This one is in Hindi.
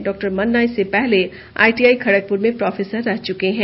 डॉ मन्ना इससे पहले आई आई टी खड़गपुर में प्रोफेसर रह चुके हैं